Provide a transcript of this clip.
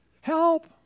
help